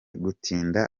gutinda